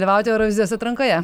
dalyvauti eurovizijos atrankoje